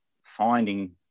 finding